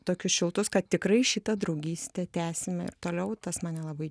tokius šiltus kad tikrai šitą draugystę tęsim ir toliau tas mane labai